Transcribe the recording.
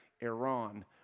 Iran